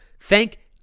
thank